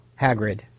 Hagrid